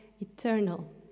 eternal